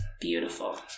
beautiful